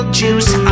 juice